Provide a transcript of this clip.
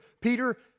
Peter